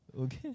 Okay